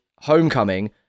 Homecoming